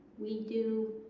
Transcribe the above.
we do